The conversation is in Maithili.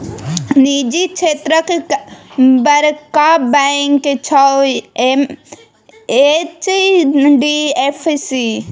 निजी क्षेत्रक बड़का बैंक छै एच.डी.एफ.सी